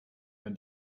man